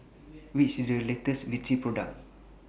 What IS The latest Vichy Product